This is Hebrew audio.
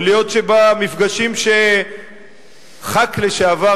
יכול להיות שבמפגשים שחבר הכנסת לשעבר,